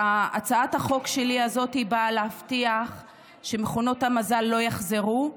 והצעת החוק הזאת שלי באה להבטיח שמכונות המזל לא יחזרו,